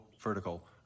vertical